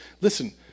Listen